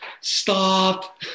Stop